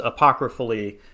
apocryphally